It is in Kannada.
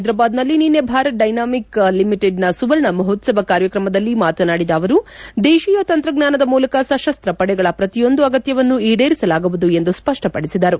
ಪೈದ್ರಾಬಾದ್ನಲ್ಲಿ ನಿನ್ನೆ ಭಾರತ್ ಡೈನಾಮಿಕ್ ಲಿಮಿಟೆಡ್ನ ಸುವರ್ಣ ಮಹೋತ್ಸವ ಕಾರ್ಯಕ್ರಮದಲ್ಲಿ ಮಾತಾಡಿದ ಅವರು ದೇಶೀಯ ತಂತ್ರಜ್ಞಾನದ ಮೂಲಕ ಸಶಸ್ತ ಪಡೆಗಳ ಪ್ರತಿಯೊಂದು ಅಗತ್ಯವನ್ನು ಈಡೇರಿಸಲಾಗುವುದು ಎಂದು ಸ್ಪಷ್ಟವಡಿಸಿದರು